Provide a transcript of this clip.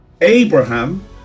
Abraham